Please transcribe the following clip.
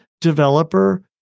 developer